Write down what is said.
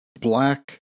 black